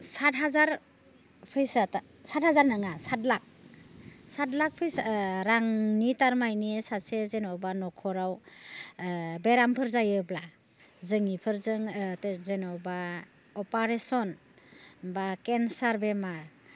सात हाजार फैसा सात हार नङा सात लाख सात लाख फैसा रांनि थारमानि सासे जेन'बा न'खराव बेरामफोर जायोब्ला जों एफोरजों जेन'बा अपारेशन बा केनसार बेमार